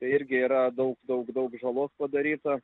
tai irgi yra daug daug daug žalos padaryta